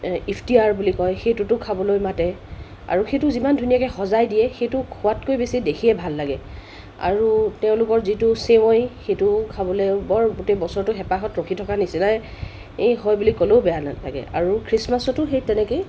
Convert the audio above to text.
ইফতাৰ বুলি কয় সেইটোটো খাবলৈ মাতে আৰু সেইটো যিমান ধুনীয়াকৈ সজাই দিয়ে সেইটো খোৱাতকৈ বেছি দেখিয়ে ভাল লাগে আৰু তেওঁলোকৰ যিটো চেৱৈ সেইটোও খাবলৈ বৰ গোটেই বছৰটো হেপাহত ৰখি থকাৰ নিচিনাই এই হয় বুলি ক'লেও বেয়া নালাগে আৰু খ্ৰীষ্টমাছতো সেই তেনেকেই